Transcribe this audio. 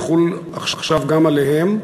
יחול עכשיו גם עליהם.